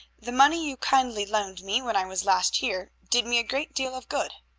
the money you kindly loaned me when i was last here did me a great deal of good.